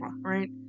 right